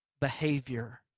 behavior